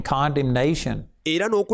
condemnation